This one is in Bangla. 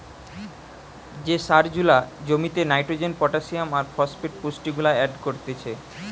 যে সার জুলা জমিতে নাইট্রোজেন, পটাসিয়াম আর ফসফেট পুষ্টিগুলা এড করতিছে